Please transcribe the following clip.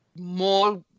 more